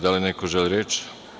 Da li neko želi reč?